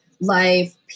life